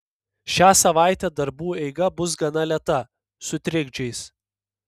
šią savaitę darbų eiga bus gana lėta su trikdžiais